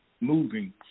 moving